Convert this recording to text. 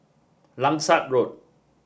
Langsat Road